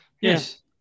yes